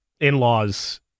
in-laws